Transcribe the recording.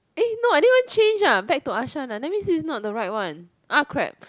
eh no I didn't even change ah back to Arshan that means this is not the right one !ah! crap